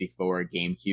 GameCube